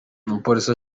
umupolisi